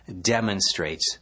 demonstrates